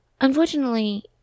Unfortunately